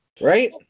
right